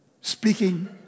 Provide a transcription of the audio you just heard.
speaking